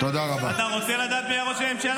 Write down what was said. אתה רוצה לדעת מי היה ראש הממשלה?